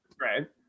Right